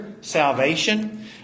salvation